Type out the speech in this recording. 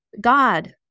God